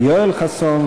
יואל חסון,